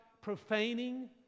profaning